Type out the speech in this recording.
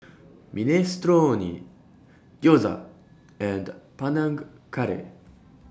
Minestrone Gyoza and Panang Curry